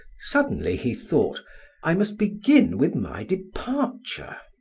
suddenly he thought i must begin with my departure,